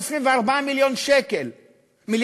24 מיליארד שקל,